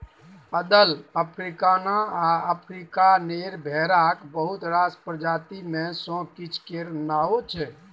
अदल, अफ्रीकाना आ अफ्रीकानेर भेराक बहुत रास प्रजाति मे सँ किछ केर नाओ छै